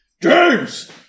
James